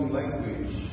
language